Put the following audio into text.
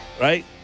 right